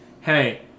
hey